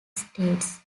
states